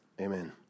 amen